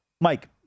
Mike